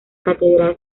catedral